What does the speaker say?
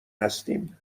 هستیم